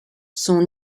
sont